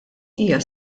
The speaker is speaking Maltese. hija